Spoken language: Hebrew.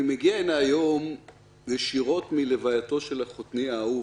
אני מגיע הנה היום ישירות מלווייתו של חותני האהוב,